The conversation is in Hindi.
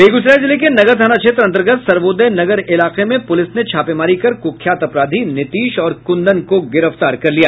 बेगूसराय जिले के नगर थाना क्षेत्र अंतर्गत सर्वोदय नगर इलाके में पुलिस ने छापेमारी कर कुख्यात अपराधी नीतीश और कुंदन को गिरफ्तार कर लिया